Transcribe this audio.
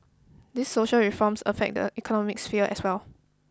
these social reforms affect the economic sphere as well